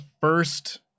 first